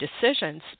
decisions